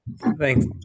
Thanks